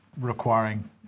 requiring